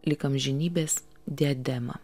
lyg amžinybės diademą